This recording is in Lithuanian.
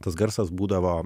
tas garsas būdavo